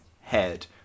head